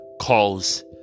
calls